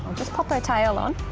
just pop her tail on.